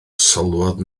sylwodd